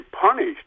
punished